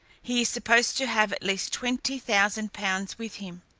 he is supposed to have at least twenty thousand pounds with him.